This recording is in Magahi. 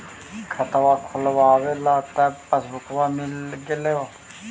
खतवा खोलैलहो तव पसबुकवा मिल गेलो?